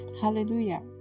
Hallelujah